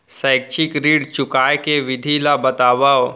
शैक्षिक ऋण चुकाए के विधि ला बतावव